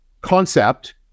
concept